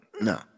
No